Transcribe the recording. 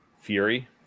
Fury